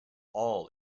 all